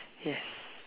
yes